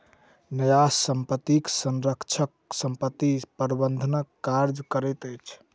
न्यास संपत्तिक संरक्षक संपत्ति प्रबंधनक कार्य करैत अछि